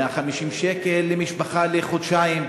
150 שקל למשפחה לחודשיים.